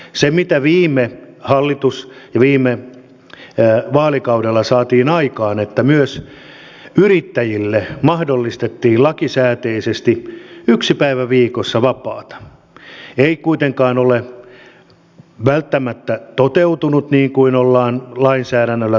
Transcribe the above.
se mitä viime hallitus ja viime vaalikaudella saatiin aikaan että myös yrittäjille mahdollistettiin lakisääteisesti yksi päivä viikossa vapaata ei kuitenkaan ole välttämättä toteutunut niin kuin ollaan lainsäädännöllä tarkoitettu